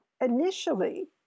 initially